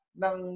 ng